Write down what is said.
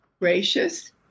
gracious